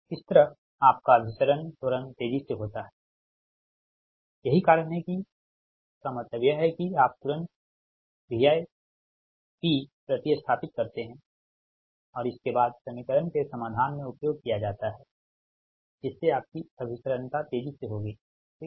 इस तरह आपका अभिसरण त्वरण तेजी से होता ठीक है यही कारण है कि इसका मतलब यह है कि आप तुरंत Vipप्रति स्थापित करते हैं और इसके बाद के समीकरण के समाधान में उपयोग किया जाता है जिससे आपकी अभिसरणता तेजी से होगी ठीक